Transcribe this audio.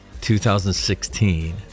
2016